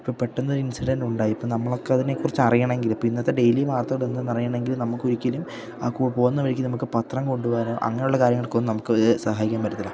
ഇപ്പം പെട്ടെന്ന് ഒരു ഇൻസിഡൻറ് ഉണ്ടായി ഇപ്പോള് നമുക്ക് അതിനെക്കുറിച്ചറിയണമെങ്കില് ഇപ്പോള് ഇന്നത്തെ ഡെയിലി വാർത്തകള് എന്താണെന്നറിയണമെങ്കിൽ നമുക്കൊരിക്കലും ആ പോകുന്ന വഴിക്ക് നമുക്ക് പത്രം കൊണ്ടുവരാനോ അങ്ങനെയുള്ള കാര്യങ്ങൾക്കൊന്നും നമുക്ക് സഹായിക്കാൻ പറ്റില്ല